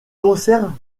conserve